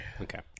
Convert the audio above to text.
Okay